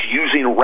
using